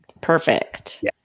Perfect